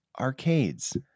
arcades